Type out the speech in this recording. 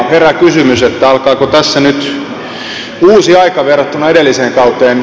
herää kysymys että alkaako tässä nyt uusi aika verrattuna edelliseen kauteen